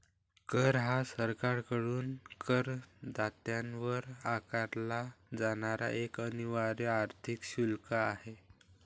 कर हा सरकारकडून करदात्यावर आकारला जाणारा एक अनिवार्य आर्थिक शुल्क आहे